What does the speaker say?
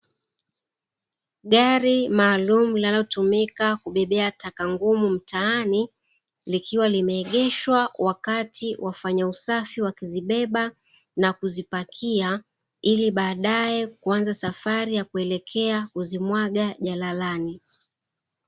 Gari maaalumu linalotumika kubebea taka ngumu mtaani likiwa limeegeshwa wakati wafanya usafi wakizibeba na kuzipakia ili baadae kuanza safari ya kuelekea kuzimwaga jalalani.